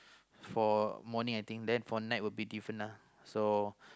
for morning I think then for night it will be different lah